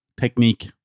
Technique